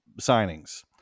signings